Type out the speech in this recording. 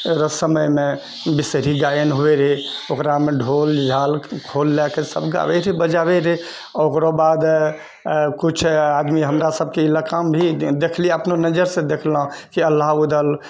रऽ समयमे बिषहरी गायन हुवै रहै ओकरामे ढ़ोल झाल खोल लए कऽ सब गाबै छै बजाबै रहै आ ओकरो बाद किछु आदमी हमरासबके ईलाकामे भी देखलियै अपनो नजरसँ देखलहुँ कि आल्हा रुदल